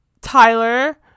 Tyler